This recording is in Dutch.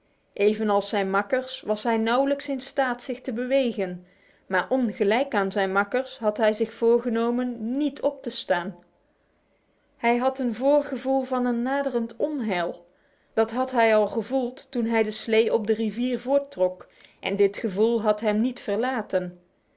evenals zijn makkers was hij nauwelijks in staat zich te bewegen maar ongelijk aan zijn makkers had hij zich voorgenomen niet op te staan hij had een voorgevoel van een naderend onheil dat had hij al gevoeld toen hij de slee op de rivier voorttrok en dit gevoel had hem niet verlaten